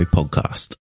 Podcast